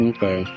Okay